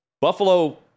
Buffalo